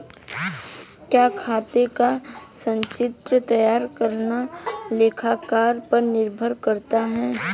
क्या खाते का संचित्र तैयार करना लेखाकार पर निर्भर करता है?